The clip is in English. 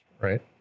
right